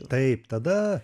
taip tada